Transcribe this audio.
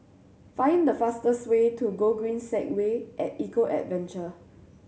find the fastest way to Gogreen Segway At Eco Adventure